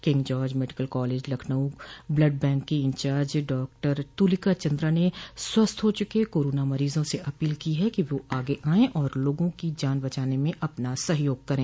king George medical college Lucknow blood bank की incharge doctor Tulika Chandra ने स्वस्थ हो चुके कोरोना मरीजो से अपील की है कि वो आगे आय और लोगो की जान बचाने में अपना सहयोग करे